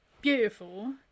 beautiful